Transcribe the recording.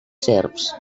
serps